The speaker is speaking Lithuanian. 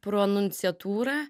pro nunciatūrą